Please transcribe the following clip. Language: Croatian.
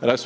A